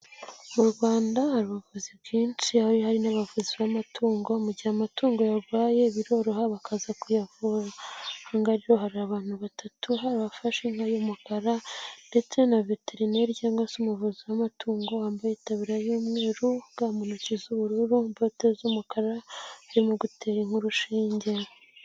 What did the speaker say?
Mu Rwanda hari ubuvuzi bwinshi aho hari n'abavuzi b'amatungo, mu gihe amatungo yarwaye biroroha bakaza kuyavura. Ahangaha rero hari abantu batatu bafashe inka y'umukara ndetse na veterine cyangwa se umuvuzi w'amatungo wambaye itaburiya y'umweru ga mu ntoki z'ubururu na bote z'umukara arimo gutera inka urushinge.